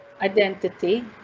identity